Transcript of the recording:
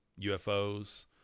UFOs